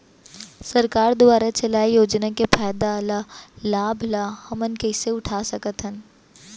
सरकार दुवारा चलाये योजना के फायदा ल लाभ ल हमन कइसे उठा सकथन?